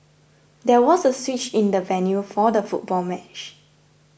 there was a switch in the venue for the football match